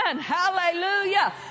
Hallelujah